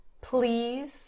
Please